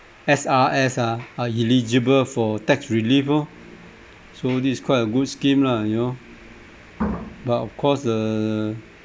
S_R_S ah are eligible for tax relief lor so this is quite a good scheme lah you know but of course err